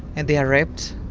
and they are raped,